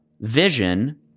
vision